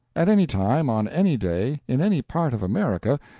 at any time, on any day, in any part of america,